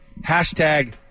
hashtag